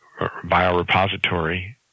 biorepository